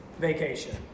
Vacation